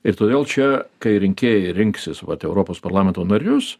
ir todėl čia kai rinkėjai rinksis vat europos parlamento narius